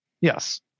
Yes